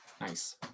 Nice